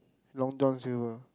Long-John-Silvers